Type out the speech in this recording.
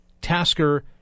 Tasker